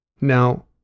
Now